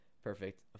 Perfect